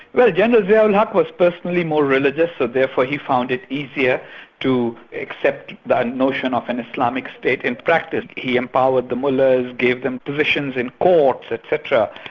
well general zia-ul-haq was personally more religious so therefore he found it easier to accept the notion of an islamic state in practice. he empowered the mullahs, gave them positions in courts etc,